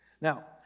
Now